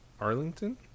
Arlington